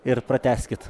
ir pratęskit